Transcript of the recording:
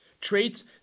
Traits